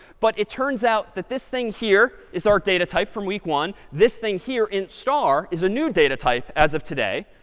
but it turns out that this thing here is our data type from week one. this thing here, int star, is a new data type as of today.